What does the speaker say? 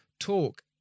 talk